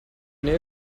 nähe